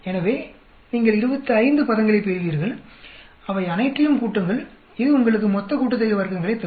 எனவே நீங்கள் 25 பதங்களைப் பெறுவீர்கள் அவையனைற்றையும் கூட்டுங்கள் இது உங்களுக்கு மொத்த கூட்டுத்தொகை வர்க்கங்களைத் தரும்